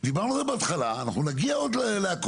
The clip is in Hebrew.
יחולו על הצו הוראות סעיף קטן (א)(3)(א)